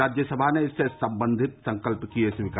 राज्यसभा ने इससे संबंधित संकल्प किये स्वीकार